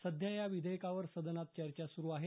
सध्या या विधेयकावर सदनात चर्चा सुरू आहे